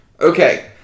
Okay